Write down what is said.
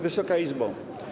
Wysoka Izbo!